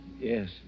Yes